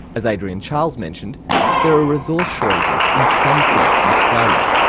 as adrian charles mentioned there are resource shortages in some states in australia,